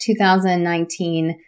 2019